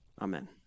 Amen